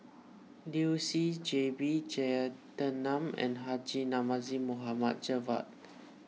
Liu Si J B Jeyaretnam and Haji Namazie Mohd Javad